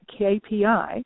KPI